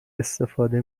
استفاده